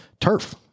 turf